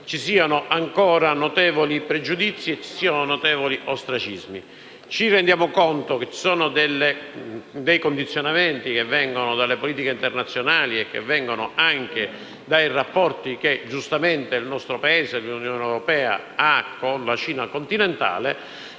ci siano ancora notevoli pregiudizi e ostracismi. Ci rendiamo conto dei condizionamenti che vengono dalle politiche internazionali e anche dai rapporti che giustamente il nostro Paese e l'Unione europea hanno con la Cina continentale,